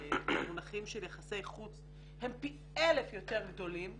במונחים של יחסי חוץ הם פי 1000 יותר גדולים